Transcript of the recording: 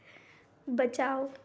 बचाओ